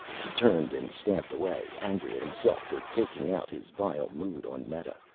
he turned and stamped away, angry at himself for taking out his vile mood on meta,